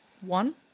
One